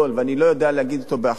ואני לא יודע להגיד אותו באחוזים,